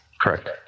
Correct